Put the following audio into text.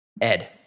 Ed